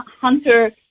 hunter